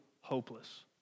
hopeless